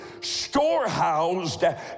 storehoused